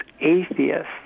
atheists